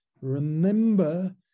Remember